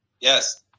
Yes